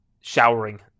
showering